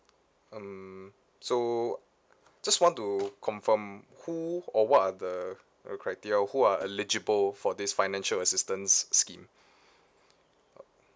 um so just want to confirm who or what are the err criteria who are eligible for this financial assistance scheme